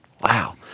Wow